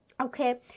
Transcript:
okay